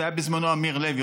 זה היה בזמנו אמיר לוי,